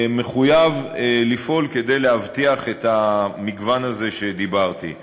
מחויב לפעול כדי להבטיח את המגוון הזה שדיברתי עליו.